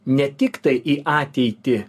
ne tiktai į ateitį